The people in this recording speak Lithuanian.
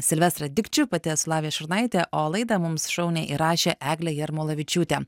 silvestrą dikčių pati esu lavija šurnaitė o laidą mums šauniai įrašė eglė jarmolavičiūtė